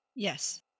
Yes